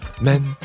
Men